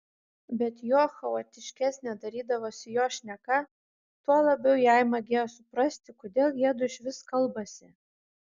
bet juo chaotiškesnė darydavosi jo šneka tuo labiau jai magėjo suprasti kodėl jiedu išvis kalbasi